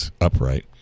upright